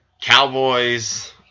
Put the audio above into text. Cowboys